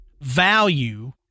value